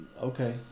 okay